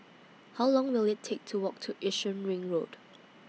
How Long Will IT Take to Walk to Yishun Ring Road